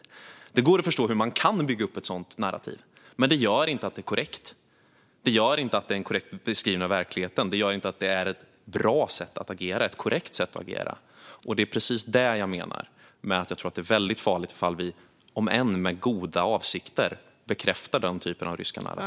Visst går det förstå hur man kan bygga upp ett sådant narrativ, men det innebär inte att det är korrekt. Det gör det inte till en korrekt beskrivning av verkligheten, och det gör det inte till ett bra och korrekt sätt att agera. Det är precis detta jag menar med att jag tror att det är väldigt farligt om vi, om än med goda avsikter, bekräftar den typen av ryska narrativ.